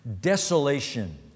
Desolation